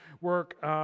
work